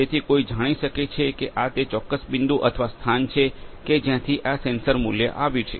તેથી કોઈ જાણી શકે છે કે આ તે ચોક્કસ બિંદુ અથવા સ્થાન છે કે જ્યાંથી આ સેન્સર મૂલ્ય આવ્યું છે